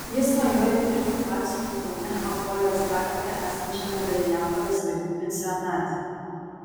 jis svajoja dirbti batsiuviu kaune apuolės gatvėje esančiame vilijampolės vaikų pensionate